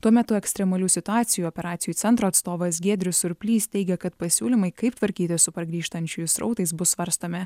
tuo metu ekstremalių situacijų operacijų centro atstovas giedrius surplys teigia kad pasiūlymai kaip tvarkytis su pargrįžtančiųjų srautais bus svarstomi